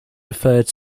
referred